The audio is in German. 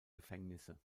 gefängnisse